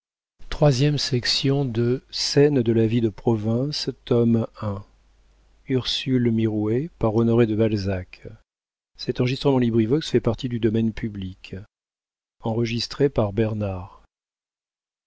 de scène de la vie de province tome i author honoré de balzac